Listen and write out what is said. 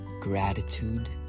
gratitude